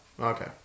Okay